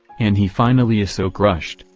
and he finally is so crushed,